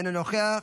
אינו נוכח,